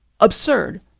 absurd